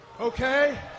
okay